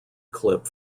clip